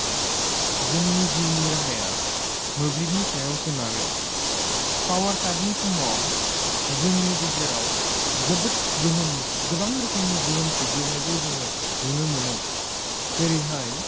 जोेंनि जिउनि राहाया मोब्लिबनि सायाव सोनारो पावारकार्टनि समाव जोंनि गेजेराव जोबोद गोहोम गोबां रोखोमनि गोहोम गोग्लैनायखौ जोङो नुनो मोनो जेरैहाय